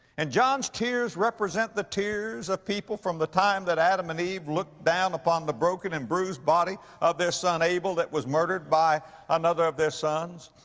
and john's tears represent the tears of people from the time that adam and eve looked down upon the broken and bruised body of their son, abel, that was murdered by another of their sons.